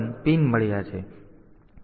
તેથી તેઓ વિક્ષેપો પણ પેદા કરી શકે છે